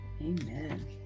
Amen